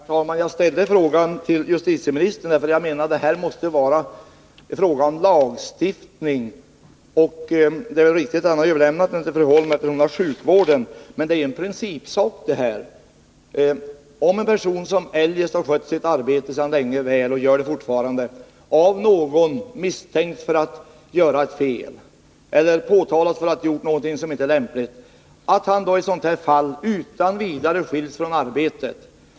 Herr talman! Jag ställde frågan till justitieministern därför att jag menade att detta var en fråga om lagstiftning. Att han har överlämnat den till fru Holm är väl riktigt, eftersom hon har hand om sjukvården. Men det här är en principsak. En person som länge har skött sitt arbete väl och fortfarande gör det och som av någon misstänks för att göra ett fel eller anklagas för att ha gjort något som inte är lämpligt skiljs utan vidare från sitt arbete.